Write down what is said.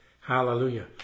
Hallelujah